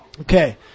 Okay